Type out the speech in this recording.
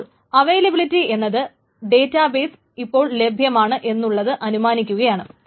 അപ്പോൾ അവൈലബിലിറ്റി എന്നത് ഡേറ്റാബേസ് ഇപ്പോൾ ലഭ്യമാണ് എന്നുള്ളത് അനുമാനിക്കുകയാണ്